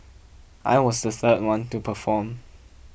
I was the third one to perform